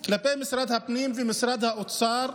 כלפי משרד הפנים ומשרד האוצר,